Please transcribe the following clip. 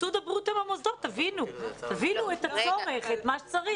ותבינו את הצורך ואת מה שצריך.